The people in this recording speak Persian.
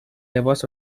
لباس